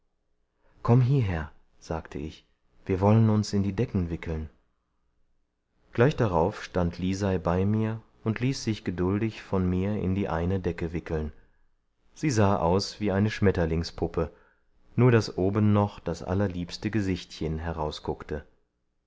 komm hieher sagte ich wir wollen uns in die decken wickeln gleich darauf stand lisei bei mir und ließ sich geduldig von mir in die eine decke wickeln sie sah aus wie eine schmetterlingspuppe nur daß oben noch das allerliebste gesichtchen